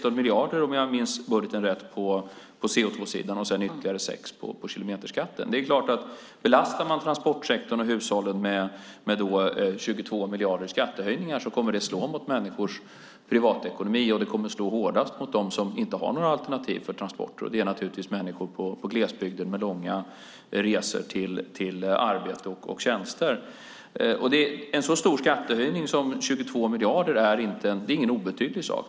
Om jag minns budgeten rätt är det 16 miljarder på CO2-sidan och sedan ytterligare 6 på kilometerskatten. Om man belastar transportsektorn och hushållen med 22 miljarder i skattehöjningar kommer det att slå mot människors privatekonomi. Det kommer att slå hårdast mot dem som inte har några alternativ för transporter, det vill säga människor i glesbygden med långa resor till arbete och tjänster. En så stor skattehöjning som 22 miljarder är ingen obetydlig sak.